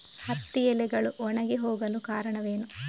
ಹತ್ತಿ ಎಲೆಗಳು ಒಣಗಿ ಹೋಗಲು ಕಾರಣವೇನು?